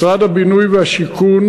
משרד הבינוי והשיכון